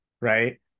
right